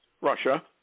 Russia